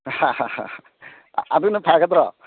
ꯑꯗꯨꯅ ꯐꯒꯗ꯭ꯔꯣ